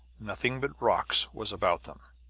nothing but rocks was about them.